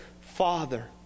father